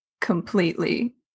completely